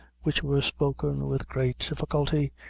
which were spoken with great difficulty,